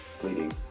bleeding